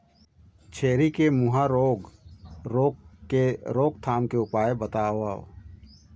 छेरी के मुहा रोग रोग के रोकथाम के उपाय बताव?